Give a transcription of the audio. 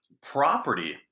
property